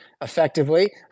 effectively